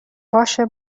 باشه